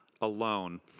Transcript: alone